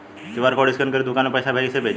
QR code scan करके दुकान में पैसा कइसे भेजी?